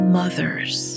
mothers